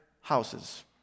houses